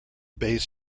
base